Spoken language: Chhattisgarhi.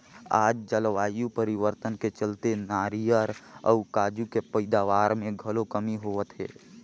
आज जलवायु परिवर्तन के चलते नारियर अउ काजू के पइदावार मे घलो कमी होवत हे